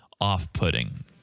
off-putting